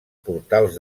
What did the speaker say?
portals